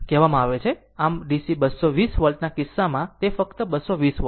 આમ DC 220 volt ના કિસ્સામાં તે ફક્ત 220 વોલ્ટ છે